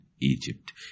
Egypt